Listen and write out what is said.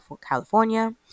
california